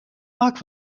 maak